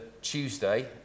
Tuesday